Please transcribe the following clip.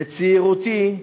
בצעירותי,